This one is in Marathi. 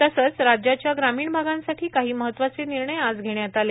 तसंच राज्याच्या ग्रामीण भागांसाठी काही महत्वाचे निर्णय आज घेण्यात आले